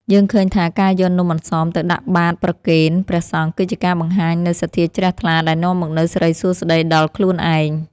យើងឃើញថាការយកនំអន្សមទៅដាក់បាត្រប្រគេនព្រះសង្ឃគឺជាការបង្ហាញនូវសទ្ធាជ្រះថ្លាដែលនាំមកនូវសិរីសួស្ដីដល់ខ្លួនឯង។